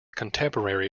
contemporary